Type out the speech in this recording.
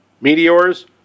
meteors